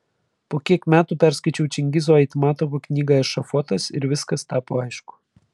po kiek metų perskaičiau čingizo aitmatovo knygą ešafotas ir viskas tapo aišku